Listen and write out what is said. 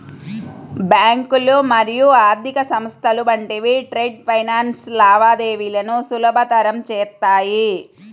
బ్యాంకులు మరియు ఆర్థిక సంస్థలు వంటివి ట్రేడ్ ఫైనాన్స్ లావాదేవీలను సులభతరం చేత్తాయి